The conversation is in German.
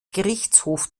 gerichtshofs